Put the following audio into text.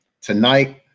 tonight